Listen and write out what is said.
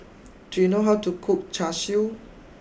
do you know how to cook Char Siu